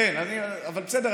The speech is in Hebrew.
כן, אבל בסדר.